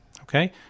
Okay